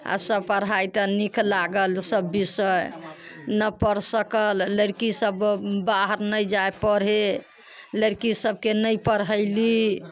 आ सब पढ़ाइ तऽ नीक लागल सब विषय नहि पढ़ सकल लड़की सब बाहर नहि जाय पढ़े लड़की सबके नहि पढ़यली